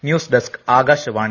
news desk Akashvani